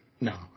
No